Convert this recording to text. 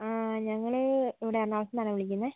ആ ഞങ്ങൾ ഇവിടെ എറണാകുളത്തിന്നാണ് വിളിക്കുന്നത്